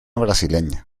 brasileña